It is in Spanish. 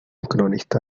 cronista